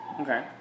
okay